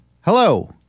Hello